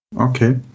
Okay